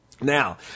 Now